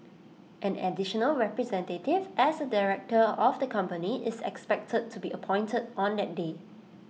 an additional representative as A director of the company is expected to be appointed on that day